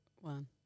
one